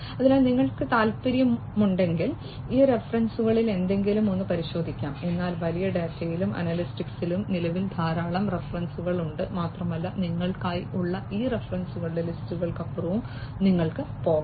അതിനാൽ നിങ്ങൾക്ക് താൽപ്പര്യമുണ്ടെങ്കിൽ ഈ റഫറൻസുകളിൽ ഏതെങ്കിലും ഒന്ന് പരിശോധിക്കാം എന്നാൽ വലിയ ഡാറ്റയിലും അനലിറ്റിക്സിലും നിലവിൽ ധാരാളം റഫറൻസുകൾ ഉണ്ട് മാത്രമല്ല നിങ്ങൾക്കായി ഉള്ള ഈ റഫറൻസുകളുടെ ലിസ്റ്റുകൾക്കപ്പുറവും നിങ്ങൾക്ക് പോകാം